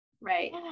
right